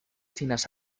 chinas